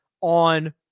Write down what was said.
on